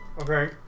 Okay